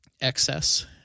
excess